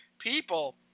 people